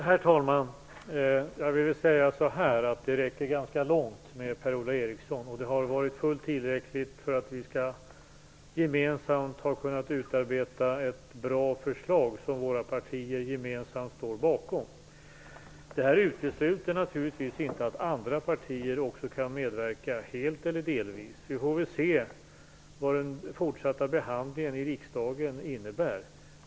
Herr talman! Jag vill säga så här: Det räcker ganska långt mer Per-Ola Eriksson. Det har varit fullt tillräckligt för att vi gemensamt har kunnat utarbeta ett bra förslag som våra partier gemensamt står bakom. Det utesluter naturligtvis inte att även andra partier kan medverka helt eller delvis. Vi får väl se vad den fortsatta behandlingen i riksdagen innebär.